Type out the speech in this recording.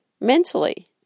mentally